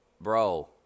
bro